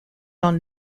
dans